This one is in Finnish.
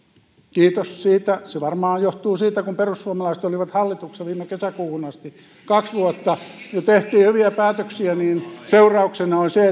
kiitos siitä se varmaan johtuu siitä että kun perussuomalaiset olivat hallituksessa viime kesäkuuhun asti kaksi vuotta ja tehtiin hyviä päätöksiä niin seurauksena on se